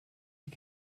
die